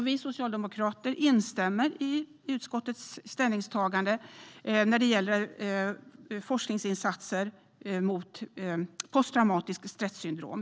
Vi socialdemokrater instämmer också i utskottets ställningstagande när det gäller forskningsinsatser mot posttraumatiskt stressyndrom.